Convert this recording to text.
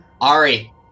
Ari